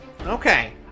Okay